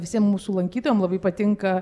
visiem mūsų lankytojam labai patinka